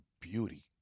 beauty